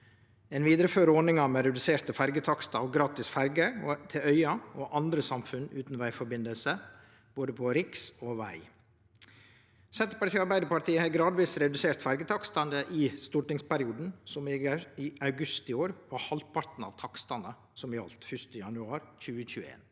Ein vidarefører ordningane med reduserte ferjetakstar og gratis ferjer til øyer og andre samfunn utan vegsamband, både riks- og fylkesveg. Senterpartiet og Arbeidarpartiet har gradvis redusert ferjetakstane i stortingsperioden. I august i år var dei halvparten av takstane som gjaldt 1. januar 2021.